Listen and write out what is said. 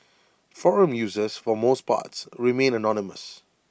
forum users for most parts remain anonymous